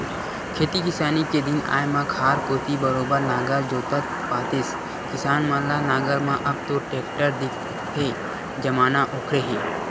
खेती किसानी के दिन आय म खार कोती बरोबर नांगर जोतत पातेस किसान मन ल नांगर म अब तो टेक्टर दिखथे जमाना ओखरे हे